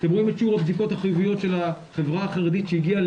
אתם רואים את שיעור הבדיקות החיוביות של החברה החרדית שהגיעה